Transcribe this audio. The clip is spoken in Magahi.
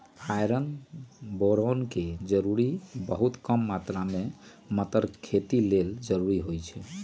आयरन बैरौन के जरूरी बहुत कम मात्र में मतर खेती लेल जरूरी होइ छइ